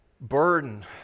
burden